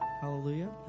Hallelujah